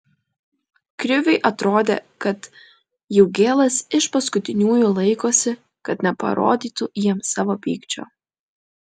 kriviui atrodė kad jaugėlas iš paskutiniųjų laikosi kad neparodytų jiems savo pykčio